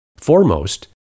Foremost